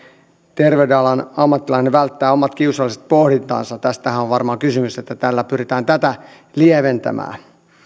terveyden alan ammattilainen välttää omat kiusalliset pohdintansa tästähän on varmaan kysymys että tällä pyritään tätä lieventämään